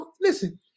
listen